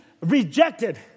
rejected